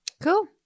Cool